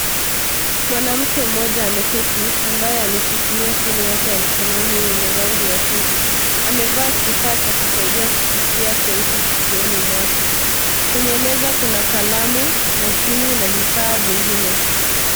Mwanamke mmoja ameketi ambaye ameshikilia simu yake ya mkononi yenye rangi ya waridi. Amevaa kifaa cha kusaidia kusikia cheusi sikioni mwake. Kwenye meza kuna kalamu, simu na vifaa vingine.